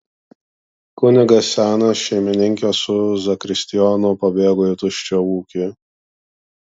kunigas senas šeimininkė su zakristijonu pabėgo į tuščią ūkį